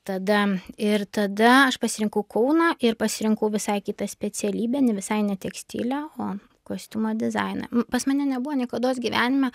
tada ir tada aš pasirinkau kauną ir pasirinkau visai kitą specialybę ne visai ne tekstilę o kostiumo dizainą pas mane nebuvo niekados gyvenime